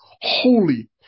holy